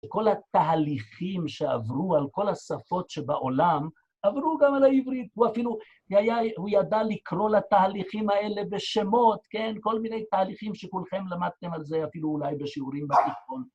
כל התהליכים שעברו על כל השפות שבעולם, עברו גם על העברית. הוא אפילו, הוא ידע לקרוא לתהליכים האלה בשמות, כן? כל מיני תהליכים שכולכם למדתם על זה אפילו אולי בשיעורים בתיכון.